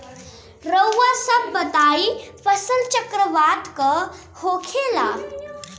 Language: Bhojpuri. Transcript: रउआ सभ बताई फसल चक्रवात का होखेला?